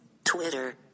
Twitter